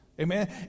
Amen